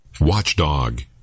Watchdog